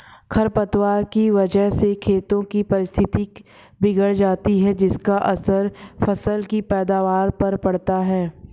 खरपतवार की वजह से खेतों की पारिस्थितिकी बिगड़ जाती है जिसका असर फसल की पैदावार पर पड़ता है